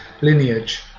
lineage